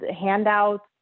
handouts